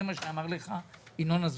זה מה שאמר לך ינון אזולאי.